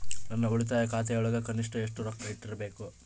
ನನ್ನ ಉಳಿತಾಯ ಖಾತೆಯೊಳಗ ಕನಿಷ್ಟ ಎಷ್ಟು ರೊಕ್ಕ ಇಟ್ಟಿರಬೇಕು?